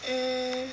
mm